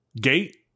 Gate